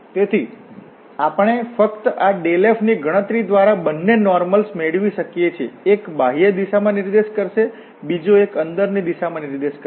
તેથી આપણે ફક્ત આ ∇ f ની ગણતરી દ્વારા બંને નોર્મલ્સ મેળવી શકીએ છીએ એક બાહ્ય દિશામાં નિર્દેશ કરશે બીજો એક અંદરની દિશામાં નિર્દેશ કરશે